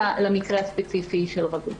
למקרה הספציפי של רביד.